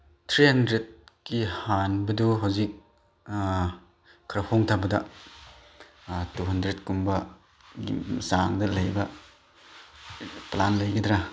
three ꯍꯟꯗ꯭ꯔꯦꯠꯀꯤ ꯍꯥꯟꯕꯗꯨ ꯍꯧꯖꯤꯛ ꯈꯔ ꯍꯣꯡꯊꯕꯗ ꯇꯨ ꯍꯟꯗ꯭ꯔꯦꯠꯀꯨꯝꯕ ꯆꯥꯡꯗ ꯂꯩꯕ ꯄ꯭ꯂꯥꯟ ꯂꯩꯒꯗ꯭ꯔꯥ